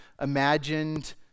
imagined